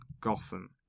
Gotham